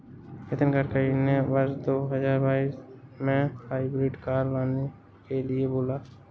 नितिन गडकरी ने वर्ष दो हजार बाईस में हाइब्रिड कार को लाने के लिए बोला